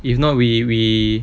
if not we we